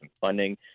funding